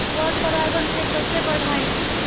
पर परा गण के कईसे बढ़ाई?